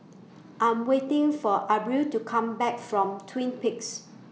I'm waiting For Abril to Come Back from Twin Peaks